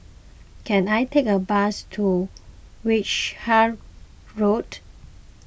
can I take a bus to Wishart Road